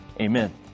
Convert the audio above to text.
Amen